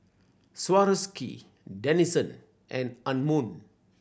Swarovski Denizen and Anmum